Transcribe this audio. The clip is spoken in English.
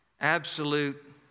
absolute